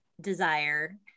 desire